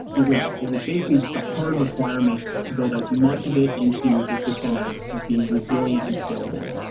it was it was basically just a hard requirement to build as much of it into the system as as being resilient and scalable.